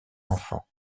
enfant